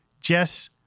Jess